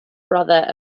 brother